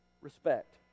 respect